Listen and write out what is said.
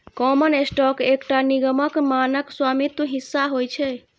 common stock एकटा निगमक मानक स्वामित्व हिस्सा होइ छै